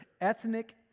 ethnic